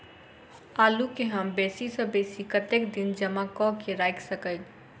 आलु केँ हम बेसी सऽ बेसी कतेक दिन जमा कऽ क राइख सकय